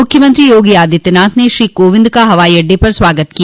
मुख्यमंत्री योगी आदित्यनाथ ने श्री कोविंद का हवाई अड्डे पर स्वागत किया